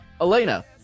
elena